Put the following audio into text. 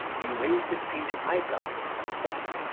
he raised his painted eyebrows and stopped.